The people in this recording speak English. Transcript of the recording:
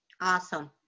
Awesome